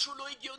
משהו לא הגיוני.